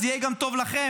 זה יהיה גם טוב לכם,